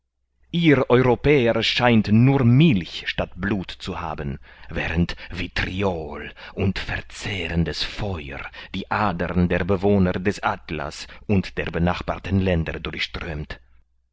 ihr europäer scheint nur milch statt blut zu haben während vitriol und verzehrendes feuer die adern der bewohner des atlas und der benachbarten länder durchströmt